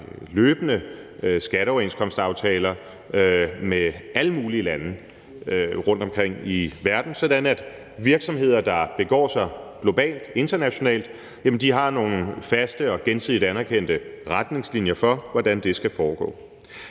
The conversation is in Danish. løbende skatteoverenskomstaftaler med alle mulige lande rundtomkring i verden, sådan at virksomheder, der begår sig globalt, internationalt, har nogle faste og gensidigt anerkendte retningslinjer for, hvordan det skal foregå.